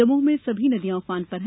दमोह में सभी नदियां उफान पर हैं